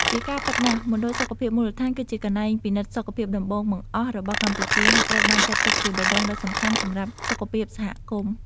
ជាការពិតណាស់ មណ្ឌលសុខភាពមូលដ្ឋាន គឺជាកន្លែងពិនិត្យសុខភាពដំបូងបង្អស់របស់កម្ពុជា ហើយត្រូវបានចាត់ទុកជាបេះដូងដ៏សំខាន់សម្រាប់សុខភាពសហគមន៍។